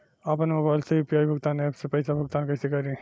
आपन मोबाइल से यू.पी.आई भुगतान ऐपसे पईसा भुगतान कइसे करि?